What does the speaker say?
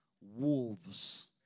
wolves